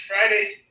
Friday